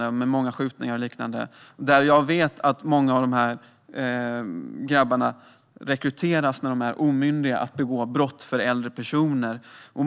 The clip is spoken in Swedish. Det har varit många skjutningar och liknande. Jag vet att många av dessa grabbar rekryteras när de är omyndiga, för att begå brott i stället för äldre personer.